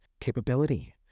Capability